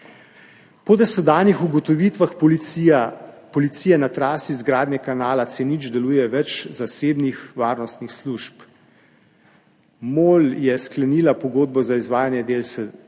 Po dosedanjih ugotovitvah policije na trasi izgradnje kanala C0 deluje več zasebnih varnostnih služb. MOL je sklenila pogodbo za izvajanje del s